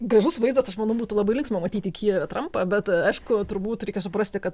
gražus vaizdas aš manau būtų labai linksma matyti kijeve trampą bet aišku turbūt reikia suprasti kad